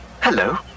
hello